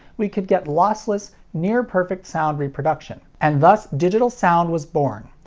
we could get lossless, near-perfect sound reproduction. and thus, digital sound was born.